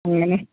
എങ്ങനെ